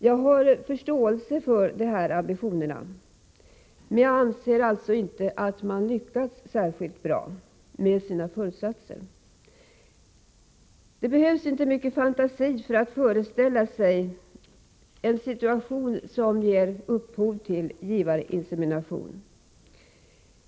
Jag har förståelse för dessa ambitioner, men jag anser alltså inte att man lyckats särskilt bra med sina föresatser. Det behövs inte mycket fantasi för att föreställa sig en situation som ger upphov till givarinsemination.